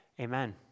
Amen